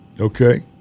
Okay